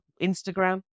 instagram